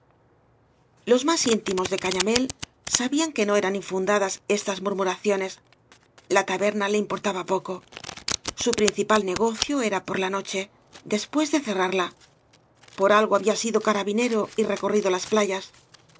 los más íntimos de cañamél sabían que no eran infundadas estas murmuraciones la taberna le importaba poco su principal negocio era por la noche después de cerrarla por algo había sido carabinero y recorrido las playas